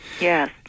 Yes